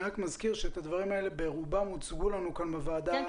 אני רק מזכיר שרוב הדברים הוצגו לנו בוועדה לפני כחודש.